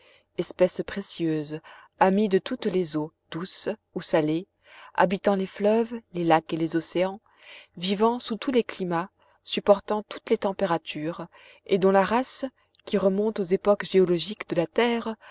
espèce précieuse amie de toutes les eaux douces ou salées habitant les fleuves les lacs et les océans vivant sous tous les climats supportant toutes les températures et dont la race qui remonte aux époques géologiques de la terre